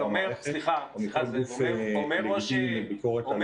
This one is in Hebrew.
המערכת או מכל גוף לגיטימי לביקורת על משרד הביטחון.